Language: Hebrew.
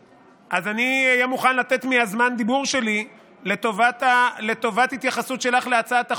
אז אני מוכן לתת מזמן הדיבור שלי לטובת התייחסות שלך להצעת החוק.